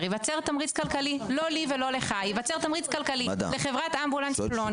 ייווצר תמריץ כלכלי לא לי ולא לך לחברת אמבולנס פלונית